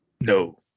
No